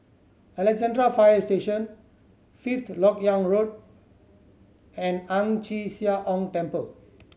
Alexandra Fire Station Fifth Lok Yang Road and Ang Chee Sia Ong Temple